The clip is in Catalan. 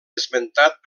esmentat